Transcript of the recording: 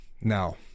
now